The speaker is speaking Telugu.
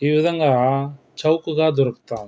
ఈ విధంగా చౌకగా దొరుకుతూ ఉంది